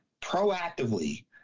proactively